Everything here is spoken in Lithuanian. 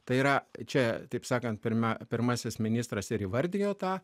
tai yra čia taip sakant pirma pirmasis ministras ir įvardijo tą